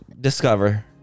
discover